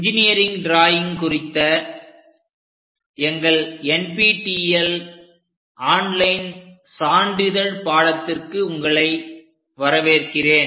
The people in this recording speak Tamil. இன்ஜினியரிங் டிராயிங் குறித்த எங்கள் NPTEL ஆன்லைன் சான்றிதழ் பாடத்திற்கு உங்களை வரவேற்கிறேன்